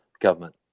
government